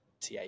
TA